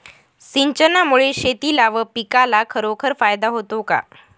सिंचनामुळे शेतीला व पिकाला खरोखर फायदा होतो का?